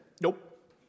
Nope